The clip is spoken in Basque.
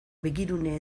begirune